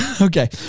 Okay